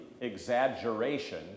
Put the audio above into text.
exaggeration